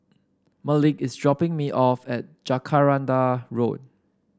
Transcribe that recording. Malik is dropping me off at Jacaranda Road